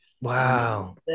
Wow